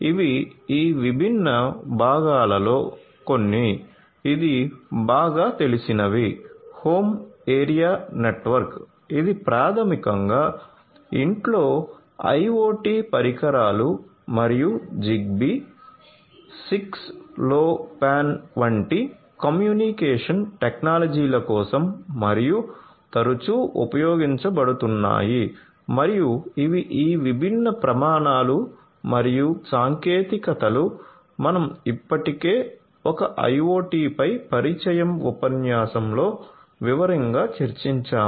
ఇవి ఈ విభిన్న భాగాలలో కొన్ని ఇది బాగా తెలిసినవి హోమ్ ఏరియా నెట్వర్క్ ఇది ప్రాథమికంగా ఇంట్లో IoT పరికరాలు మరియు జిగ్బీ 6LowPan వంటి కమ్యూనికేషన్ టెక్నాలజీల కోసం మరియు తరచూ ఉపయోగించబడుతున్నాయి మరియు ఇవి ఈ విభిన్న ప్రమాణాలు మరియు సాంకేతికతలు మనం ఇప్పటికే ఒక IoT పై పరిచయం ఉపన్యాసం లో వివరంగా చర్చించాము